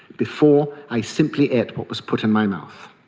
before, i simply ate what was put in my mouth.